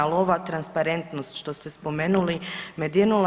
Ali ova transparentnost što ste spomenuli me dirnula.